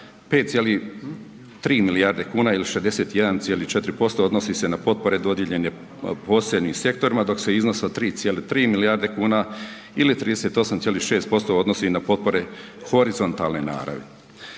5,3 milijarde kuna ili 61,4% odnosi se na potpore dodijeljene posebnim sektorima dok se iznos od 3,3 milijarde kuna ili 38,6% odnosi na potpore horizontalne naravi.